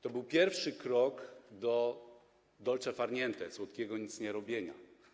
To był pierwszy krok do dolce far niente - słodkiego nicnierobienia.